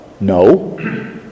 No